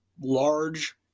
large